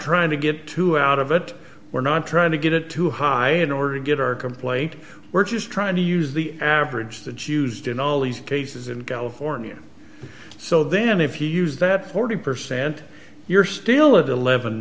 trying to get too out of it we're not trying to get it too high in order to get our complaint we're just trying to use the average that used in all these cases in california so then if you use that forty percent you're still of eleven